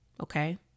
okay